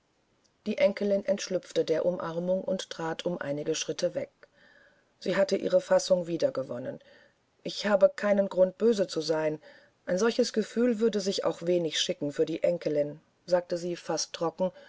die enkelin entschlüpfte der umarmung und trat um einen schritt weg sie hatte ihre fassung wiedergewonnen ich habe keinen grund böse zu sein ein solches gefühl würde sich auch wenig schicken für die enkelin sagte sie fast trocken